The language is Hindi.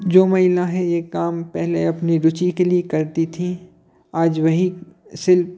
जो महिलाएं यह काम पहले अपनी रुचि के लिए करती थी आज वही शिल्प